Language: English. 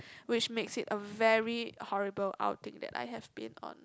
which makes it a very horrible outing that I have been on